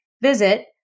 Visit